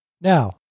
Now